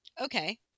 okay